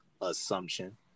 assumption